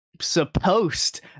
Supposed